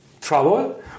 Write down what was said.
trouble